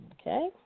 Okay